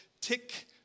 tick